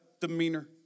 demeanor